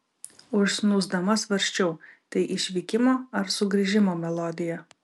užsnūsdama svarsčiau tai išvykimo ar sugrįžimo melodija